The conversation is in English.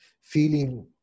feeling